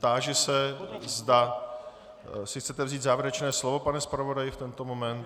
Táži se, zda si chcete vzít závěrečné slovo, pane zpravodaji, v tento moment.